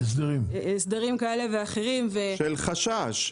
בהסדרים כאלה ואחרים -- מחשש.